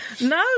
No